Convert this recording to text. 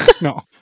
No